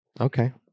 Okay